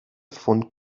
von